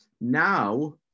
Now